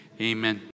Amen